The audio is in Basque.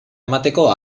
emateko